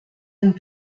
and